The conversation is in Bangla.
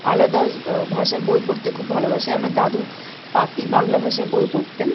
আলাদা ভাষার বই পড়তে খুব ভালোবাসি আমার দাদু পাতি বাংলা ভাষায় বই পড়তেন